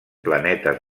planetes